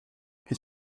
his